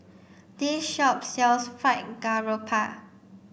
this shop sells Fried Garoupa